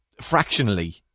fractionally